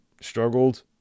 struggled